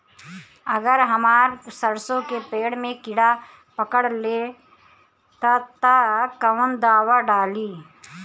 अगर हमार सरसो के पेड़ में किड़ा पकड़ ले ता तऽ कवन दावा डालि?